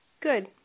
Good